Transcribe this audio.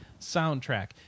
soundtrack